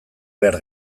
behar